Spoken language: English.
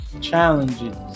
challenges